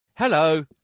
Hello